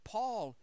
paul